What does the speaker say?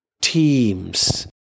teams